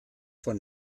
von